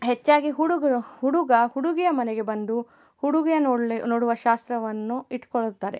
ಹೆಚ್ಚಾಗಿ ಹುಡುಗರು ಹುಡುಗ ಹುಡುಗಿಯ ಮನೆಗೆ ಬಂದು ಹುಡುಗಿಯ ನೋಡಲಿ ನೋಡುವ ಶಾಸ್ತ್ರವನ್ನು ಇಟ್ಕೊಳ್ತಾರೆ